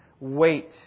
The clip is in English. Wait